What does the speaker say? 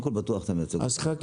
קודם כול, בטוח אתה מייצג אותי כראוי.